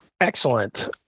Excellent